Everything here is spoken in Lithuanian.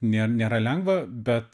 ne nėra lengva bet